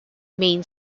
main